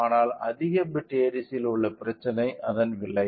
ஆனால் அதிக பிட் ADCயில் உள்ள பிரச்சினை அதன் விலை